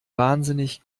wahnsinnig